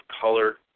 color